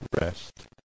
rest